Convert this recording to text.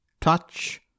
touch